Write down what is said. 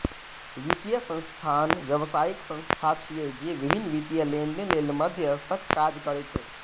वित्तीय संस्थान व्यावसायिक संस्था छिय, जे विभिन्न वित्तीय लेनदेन लेल मध्यस्थक काज करै छै